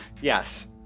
Yes